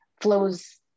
flows